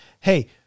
hey